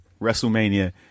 WrestleMania